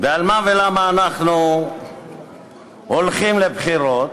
ועל מה ולמה אנחנו הולכים לבחירות,